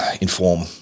inform